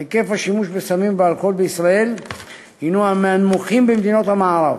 היקף השימוש בסמים ובאלכוהול בישראל הנו מהנמוכים במדינות המערב.